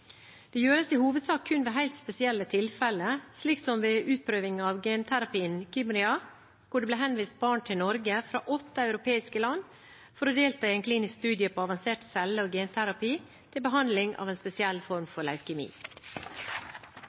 Det gjøres i hovedsak kun ved helt spesielle tilfeller, slik som ved utprøving av genterapien Kymriah, hvor det ble henvist barn til Norge fra åtte europeiske land for å delta i en klinisk studie på avansert celle- og genterapi til behandling av en spesiell form for